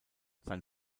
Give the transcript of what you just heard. sein